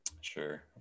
Sure